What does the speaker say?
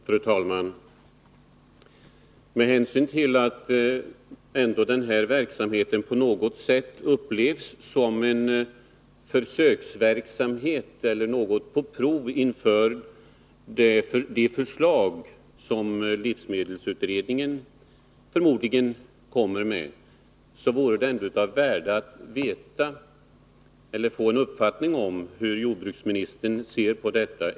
Fru talman! Med hänsyn till att verksamheten ändå på något sätt upplevs som en försöksverksamhet eller som något som bedrivs på prov inför det förslag livsmedelsutredningen troligen kommer att presentera vore det av värde att få en uppfattning om hur jordbruksministern ser på detta.